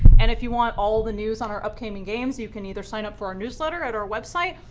and if you want all the news on our upcoming games, you can either sign up for our newsletter at our website,